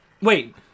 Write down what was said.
Wait